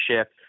shift